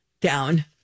down